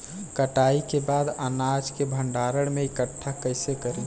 कटाई के बाद अनाज के भंडारण में इकठ्ठा कइसे करी?